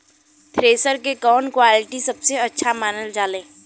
Thresher के कवन quality सबसे अच्छा मानल जाले?